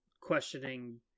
questioning